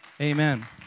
Amen